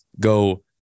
go